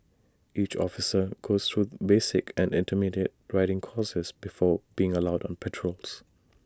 each officer goes through basic and intermediate riding courses before being allowed on patrols